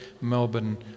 Melbourne